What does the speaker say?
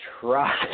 try